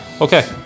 Okay